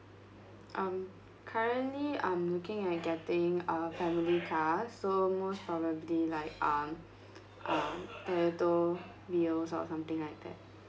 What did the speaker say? um currently I'm looking at getting a family car so most probably like um um toyoto vios or something like that